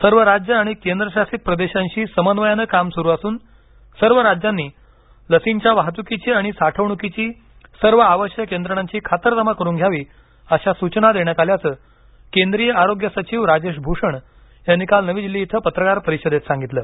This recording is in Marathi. सर्व राज्य आणि केंद्र शासित प्रदेशांशी समन्वयानं काम सुरू असून सर्व राज्यांनी लसींच्या वाहतुकीची आणि साठवणुकीची सर्व आवश्यक यंत्रणांची खातरजमा करून घ्यावी अशा सूचना देण्यात आल्याचं केंद्रीय आरोग्य सचिव राजेश भूषण यांनी काल नवी दिल्ली इथं पत्रकार परिषदेत सांगितलं